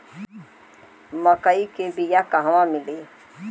मक्कई के बिया क़हवा मिली?